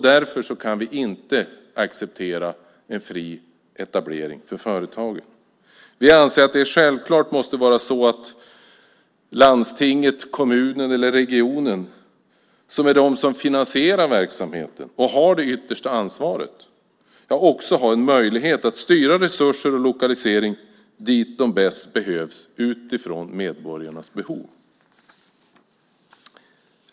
Därför kan vi inte acceptera en fri etablering för företagen. Vi anser att det självklart måste vara så att landstinget, kommunen eller regionen, som är de som finansierar verksamheten och har det yttersta ansvaret, också har en möjlighet att styra resurser och lokalisering dit de bäst behövs utifrån medborgarnas behov.